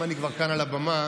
אם אני כבר כאן על הבמה,